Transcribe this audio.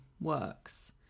works